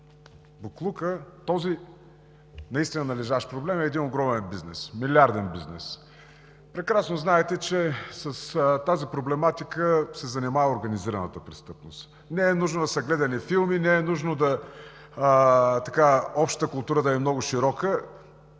знаем, този наистина належащ проблем е един огромен бизнес, милиарден бизнес. Прекрасно знаете, че с тази проблематика се занимава организираната престъпност. Не е нужно да са гледани филми, не е нужно общата култура да е много широка.